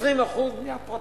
20% בנייה פרטית.